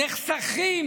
נחסכים,